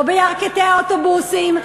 לא בירכתי האוטובוסים,